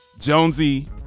Jonesy